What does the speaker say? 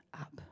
up